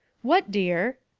what, dear?